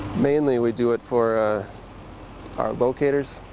mainly we do it for our locators,